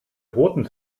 roten